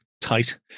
tight